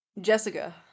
Jessica